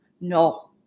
no